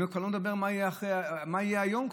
אני כבר לא מדבר על מה שיהיה כיום,